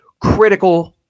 critical